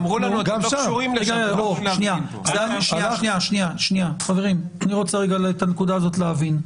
גם שם --- אני רוצה את הנקודה הזו להבין: